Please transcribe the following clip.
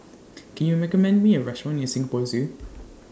Can YOU recommend Me A Restaurant near Singapore Zoo